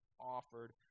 offered